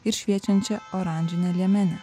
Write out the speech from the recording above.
ir šviečiančia oranžine liemene